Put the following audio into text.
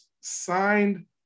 signed